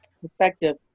perspective